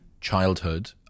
childhood